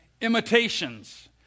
imitations